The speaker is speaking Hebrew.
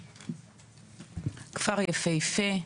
כפר יפהפה,